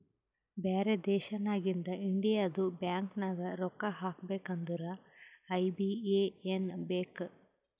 ಬ್ಯಾರೆ ದೇಶನಾಗಿಂದ್ ಇಂಡಿಯದು ಬ್ಯಾಂಕ್ ನಾಗ್ ರೊಕ್ಕಾ ಹಾಕಬೇಕ್ ಅಂದುರ್ ಐ.ಬಿ.ಎ.ಎನ್ ಬೇಕ್